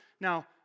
Now